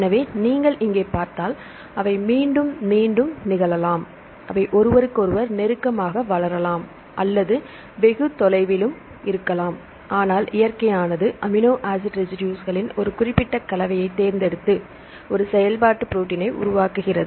எனவே நீங்கள் இங்கே பார்த்தால் அவை மீண்டும் மீண்டும் நிகழலாம் அவை ஒருவருக்கொருவர் நெருக்கமாக வரலாம் அல்லது வெகு தொலைவில் உள்ளன ஆனால் இயற்கையானது அமினோ ஆசிட் ரெசிடுஸ்களின் ஒரு குறிப்பிட்ட கலவையைத் தேர்ந்தெடுத்து ஒரு செயல்பாட்டு ப்ரோடீன்னை உருவாக்குகிறது